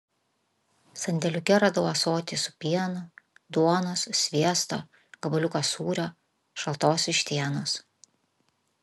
sandėliuke radau ąsotį su pienu duonos sviesto gabaliuką sūrio šaltos vištienos